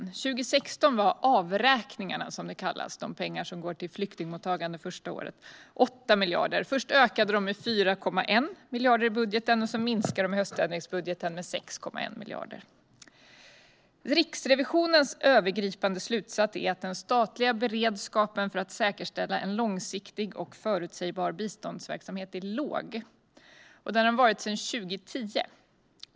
År 2016 var avräkningarna - de pengar som går till flyktingmottagande första året - 8 miljarder. Först ökade de med 4,1 miljarder i budgeten, och sedan minskade de i höständringsbudgeten med 6,1 miljarder. Riksrevisionens övergripande slutsats är att den statliga beredskapen för att säkerställa en långsiktig och förutsägbar biståndsverksamhet är låg. Det har den varit sedan 2010.